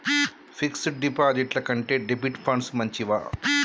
Fix డ్ డిపాజిట్ల కంటే డెబిట్ ఫండ్స్ మంచివా?